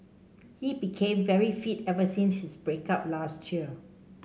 he became very fit ever since his break up last year